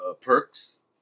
Perks